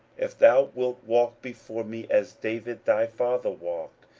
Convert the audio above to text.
if thou wilt walk before me, as david thy father walked,